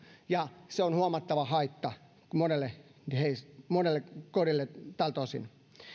ja se on huomattava haitta monelle kodille tältä osin